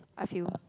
I feel